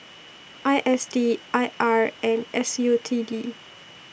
I S D I R and S U T D